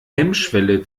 hemmschwelle